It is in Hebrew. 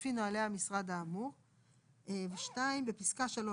לפי נהלי המשרד האמור;"; (2) בפסקה (3),